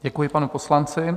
Děkuji panu poslanci.